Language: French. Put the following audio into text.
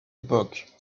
époque